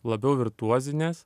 labiau virtuozinės